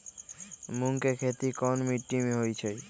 मूँग के खेती कौन मीटी मे होईछ?